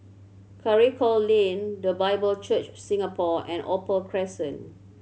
Karikal Lane The Bible Church Singapore and Opal Crescent